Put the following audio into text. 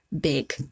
big